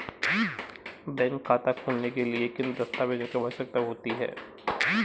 Bank खाता खोलने के लिए किन दस्तावेज़ों की आवश्यकता होती है?